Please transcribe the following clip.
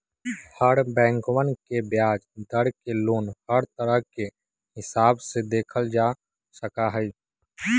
हर बैंकवन के ब्याज दर के लोन हर तरह के हिसाब से देखल जा सका हई